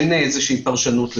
אין איזושהי פרשנות לזה.